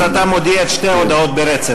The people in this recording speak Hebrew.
אז אתה מודיע את שתי ההודעות ברצף.